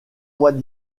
mois